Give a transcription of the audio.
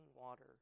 water